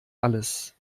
alles